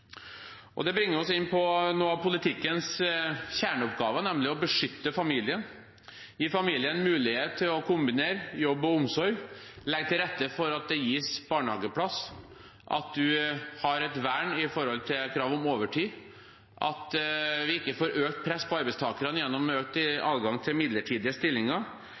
Det bringer oss inn på noe av politikkens kjerneoppgave, nemlig å beskytte familien, gi familien mulighet til å kunne kombinere jobb og omsorg, legge til rette for at det gis barnehageplass, at man har et vern i spørsmålet om overtid, at vi ikke får økt press på arbeidstakerne gjennom økt adgang til midlertidige stillinger,